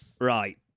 Right